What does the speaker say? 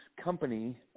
company